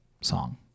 song